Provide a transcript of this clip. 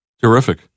Terrific